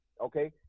okay